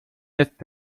jetzt